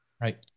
right